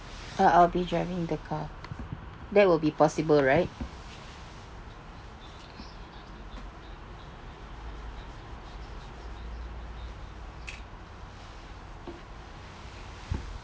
uh I'll be driving the car that will be possible right